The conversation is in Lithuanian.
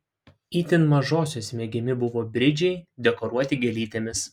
itin mažosios mėgiami buvo bridžiai dekoruoti gėlytėmis